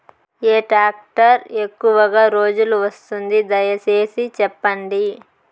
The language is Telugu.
ఏ టాక్టర్ ఎక్కువగా రోజులు వస్తుంది, దయసేసి చెప్పండి?